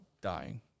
dying